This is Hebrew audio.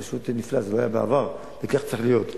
פשוט נפלא, זה לא היה בעבר, וכך צריך להיות.